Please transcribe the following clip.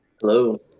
Hello